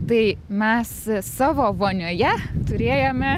tai mes savo vonioje turėjome